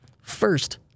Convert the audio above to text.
First